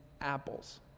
apples